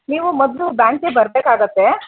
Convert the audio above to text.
ನೀವು ಮೊದಲು ಬ್ಯಾಂಕ್ಗೆ ಬರಬೇಕಾಗತ್ತೆ